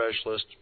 Specialist